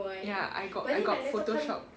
ya I got I got photoshop